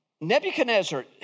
Nebuchadnezzar